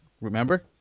Remember